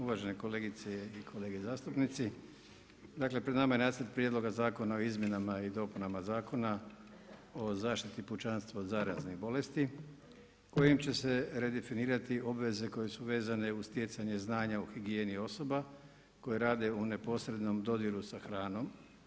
Uvaženi kolegice i kolege zastupnici, dakle pred nama je nacrt prijedloga o izmjenama i dopunama Zakona o zaštiti pučanstva od zaraznih bolesti kojim će se redefinirati obveze koje su vezane u stjecanje znanja u higijeni osoba koje rade u neposrednom dodiru sa hranom.